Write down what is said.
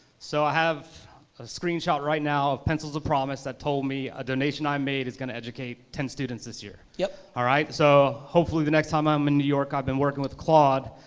so i have a screenshot right now of pencils to promise that told me a donation i made is gonna educate ten students this year, yeah alright. so hopefully the next time i'm in new york, i've been working with claude,